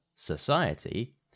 Society